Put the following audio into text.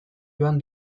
joan